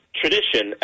tradition